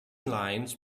lines